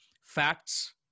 facts